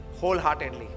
wholeheartedly